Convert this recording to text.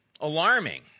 alarming